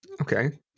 Okay